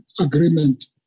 agreement